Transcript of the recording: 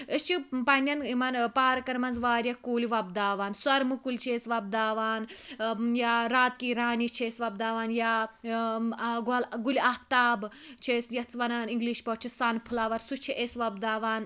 أسۍ چھِ پَننٮ۪ن یِمَن پارکَن مَنٛز واریاہ کُلۍ وۄبداوان سرمہٕ کُلۍ چھِ أسۍ وۄبداوان یا رات کی رانی چھِ أسۍ وۄبداوان یا گۄل گُلہِ آفتاب چھِ أسۍ یتھ وَنان اِنٛگلِش پٲٹھۍ چھِ سَن فٕلَوَر سُہ چھِ أسۍ وۄبداوان